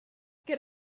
get